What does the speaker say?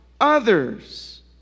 others